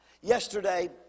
Yesterday